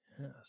Yes